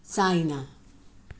China